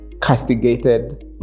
castigated